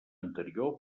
anterior